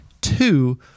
Two